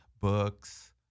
books